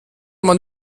man